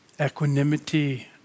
equanimity